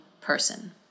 person